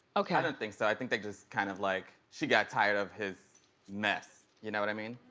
okay. i don't think so, i think they just kind of, like, she got tired of his mess, you know what i mean?